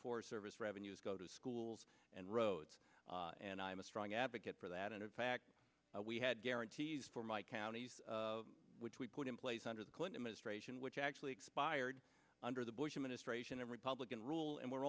for service revenues go to schools and roads and i'm a strong advocate for that and in fact we had guarantees for my counties which we put in place under the clinton as ration which actually expired under the bush administration of republican rule and we're